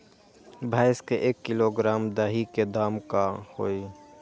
भैस के एक किलोग्राम दही के दाम का होई?